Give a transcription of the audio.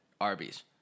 Arby's